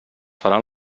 faran